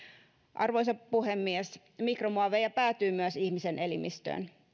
arvoisa puhemies mikromuoveja päätyy myös ihmisen elimistöön